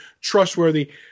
trustworthy